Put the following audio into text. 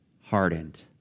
hardened